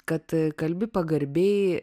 kad kalbi pagarbiai